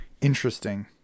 Interesting